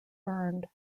burned